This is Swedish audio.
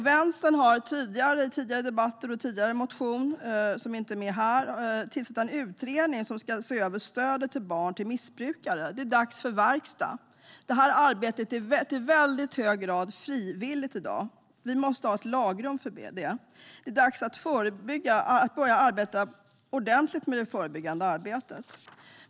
Vänstern har i tidigare debatter och i tidigare motion, som inte är med här, framfört att vi vill att det tillsätts en utredning som ska se över stödet till barn till missbrukare. Det är dags för verkstad. Detta arbete är i mycket hög grad frivilligt i dag. Vi måste ha ett lagrum för det. Det är dags att börja arbeta ordentligt med det förebyggande arbetet.